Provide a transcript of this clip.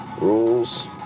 Rules